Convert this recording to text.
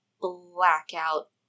blackout